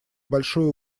большую